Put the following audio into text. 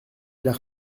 l’air